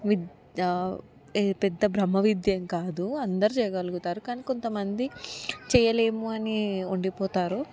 విద్ ఇది పెద్ద బ్రహ్మ విద్య ఏం కాదు అందరు చేయగలుగుతారు కానీ కొంతమంది చేయలేము అని ఉండిపోతారు